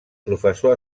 professor